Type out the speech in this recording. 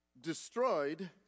destroyed